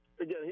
again